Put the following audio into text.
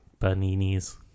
Banini's